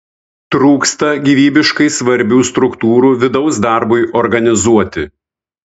trūksta gyvybiškai svarbių struktūrų vidaus darbui organizuoti